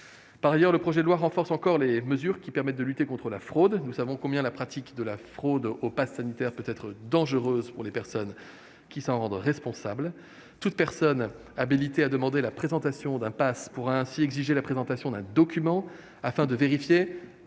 Par ailleurs, le projet de loi renforce encore les mesures permettant de lutter contre la fraude. Nous savons combien la pratique des faux passes peut être dangereuse pour les personnes qui s'y adonnent. Toute personne habilitée à demander la présentation d'un passe pourra ainsi exiger également celle d'un document permettant de vérifier